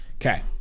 Okay